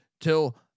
till